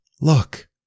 Look